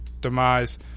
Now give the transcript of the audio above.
demise